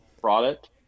product